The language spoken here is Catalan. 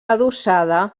adossada